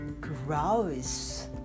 gross